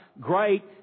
great